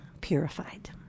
purified